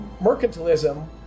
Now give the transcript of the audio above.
Mercantilism